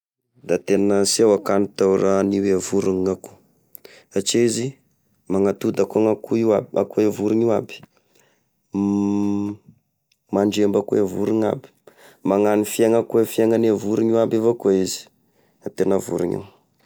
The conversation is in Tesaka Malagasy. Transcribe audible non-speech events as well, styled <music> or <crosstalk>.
Da tena sy eo akanitao raha any oe vorona ny akoho satria izy! Magnatody akoa gn'akoho io aby, akô e vorony io aby! <hesitation> mandrembo ako e vorony io aby, magnano fiaina akô e fiainagne vorona aby avakoa izy! Da tena vorony io.